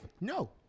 No